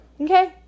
Okay